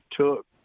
took